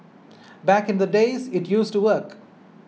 back in the days it used to work